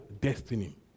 destiny